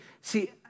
see